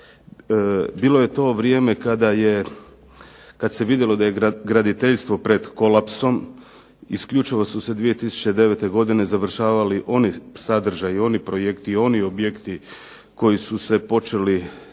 Bilo je to vrijeme kad se vidjelo da je graditeljstvo pred kolapsom, isključivo su se 2009. godine završavali oni sadržaji, oni projekti, oni objekti koji su se počeli graditi